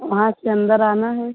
वहाँ से अंदर आना है